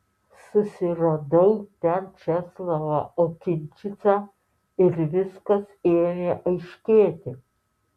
susiradau ten česlovą okinčicą ir viskas ėmė aiškėti